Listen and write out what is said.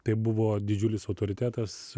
tai buvo didžiulis autoritetas